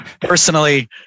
personally